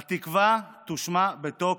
"התקווה" תושמע בטוקיו.